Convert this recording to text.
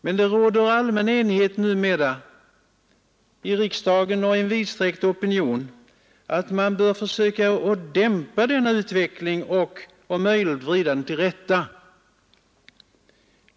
Men det råder allmän enighet numera i riksdagen och inom en vidsträckt opinion om att man bör försöka att dämpa denna utveckling och om möjligt vrida den till rätta.